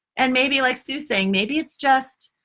and maybe like sue's saying, maybe it is just.